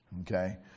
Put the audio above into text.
Okay